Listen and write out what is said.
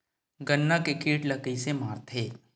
गन्ना के कीट ला कइसे मारथे?